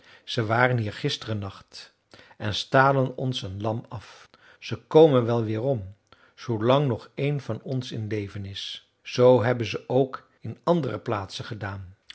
ze waren hier gisteren nacht en stalen ons een lam af ze komen wel weerom zoolang nog een van ons in leven is zoo hebben ze ook in andere plaatsen gedaan